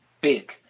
big